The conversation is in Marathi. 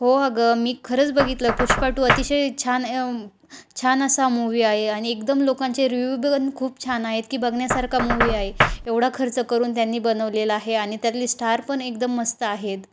हो अगं मी खरंच बघितलं पुष्पा टू अतिशय छान छान असा मूव्ही आहे आणि एकदम लोकांचे रिव्यू पण खूप छान आहेत की बघण्यासारखा मूव्ही आहे एवढा खर्च करून त्यांनी बनवलेला आहे आणि त्यातले स्टार पण एकदम मस्त आहेत